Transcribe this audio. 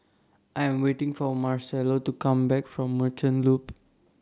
I Am waiting For Marcello to Come Back from Merchant Loop